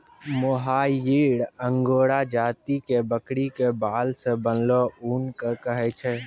मोहायिर angora जाति के बकरी के बाल सॅ बनलो ऊन कॅ कहै छै